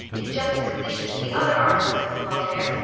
in juxtaposition to the other articles that belong there,